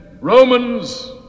Romans